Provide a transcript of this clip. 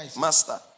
Master